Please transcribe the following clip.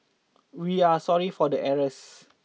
we are sorry for the errors